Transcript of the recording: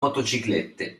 motociclette